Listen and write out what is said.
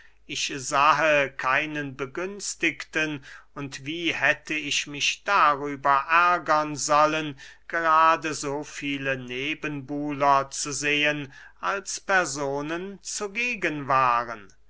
ich sahe keinen begünstigten und wie hätte ich mich darüber ärgern sollen gerade so viele nebenbuhler zu sehen als personen zugegen waren